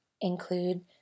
include